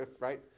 right